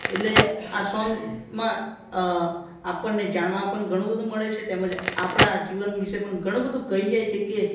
એટલે આ સોંગમાં આપણને જાણવા પણ ઘણું બધું મળે છે તેમજ આપણા જીવન વિશે પણ ઘણું બધું કહી જાય છે કે